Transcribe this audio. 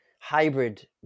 hybrid